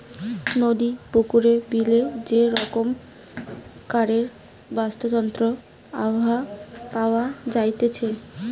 নদী, পুকুরে, বিলে যে রকমকারের বাস্তুতন্ত্র আবহাওয়া পাওয়া যাইতেছে